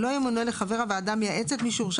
לא ימונה לחבר הוועדה המייעצת מי שהורשע